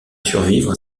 survivre